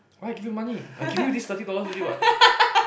why I give you money I give you this thirty dollars already [what]